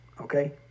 okay